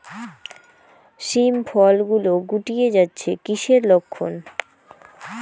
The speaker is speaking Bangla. শিম ফল গুলো গুটিয়ে যাচ্ছে কিসের লক্ষন?